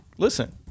Listen